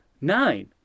nine